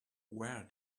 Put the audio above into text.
where